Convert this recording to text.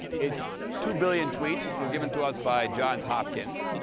it's two billion tweets, which were given to us by johns hopkins.